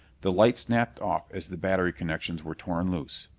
the light snapped off as the battery connections were torn loose.